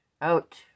Out